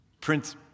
Prince